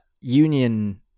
union